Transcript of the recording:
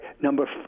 number